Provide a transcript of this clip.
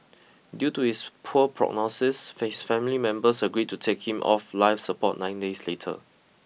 due to his poor prognosis face family members agreed to take him off life support nine days later